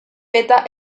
beta